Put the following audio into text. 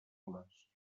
les